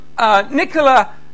Nicola